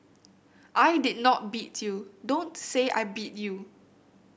I did not beat you don't say I beat you